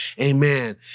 Amen